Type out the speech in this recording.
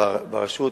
ברשות